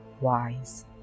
wise